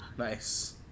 Nice